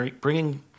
bringing